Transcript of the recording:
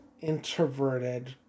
introverted